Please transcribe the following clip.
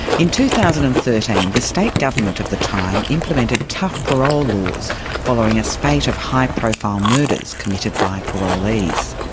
in two thousand and thirteen the state government of the time implemented tough parole laws following a spate of high-profile murders committed by parolees.